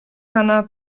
pana